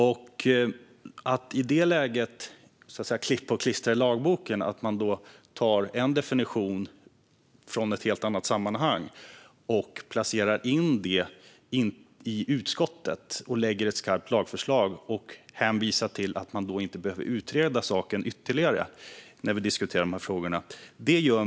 Det gör mig uppriktigt orolig att man i det läget klipper och klistrar i lagboken, tar en definition från ett helt annat sammanhang och placerar in det i utskottet, lägger fram ett skarpt lagförslag och hänvisar till att man då inte behöver utreda saken ytterligare.